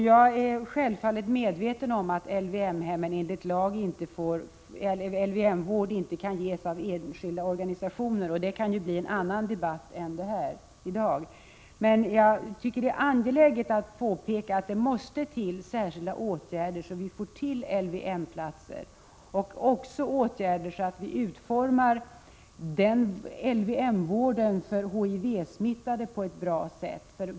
Jag är självfallet medveten om att LVM-vård inte kan ges av enskilda organisationer, men den frågan kan vi debattera en annan gång. Det är angeläget att påpeka att särskilda åtgärder måste till så att LVM-platser anordnas och så att LVM-vården för HIV-smittade utformas på ett bra sätt.